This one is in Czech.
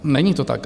Není to tak.